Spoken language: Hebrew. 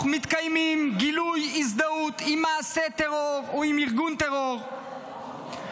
מתקיימים גילויי הזדהות עם מעשה טרור או עם ארגון טרור או